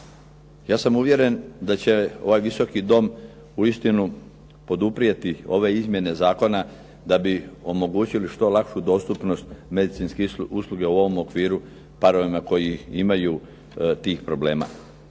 Ja sam uvjeren da će ovaj Visoki dom uistinu poduprijeti ove izmjene zakona da bi omogućili što lakšu dostupnost medicinske usluge u ovom okviru parovima koji imaju tih problema.